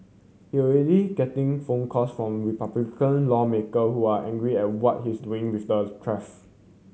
he already getting phone calls from Republican lawmaker who are angry at what he's doing with the